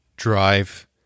drive